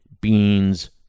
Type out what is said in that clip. Bean's